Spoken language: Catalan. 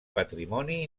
patrimoni